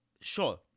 sure